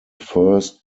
first